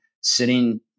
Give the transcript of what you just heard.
sitting